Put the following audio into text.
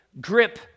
grip